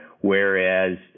Whereas